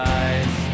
eyes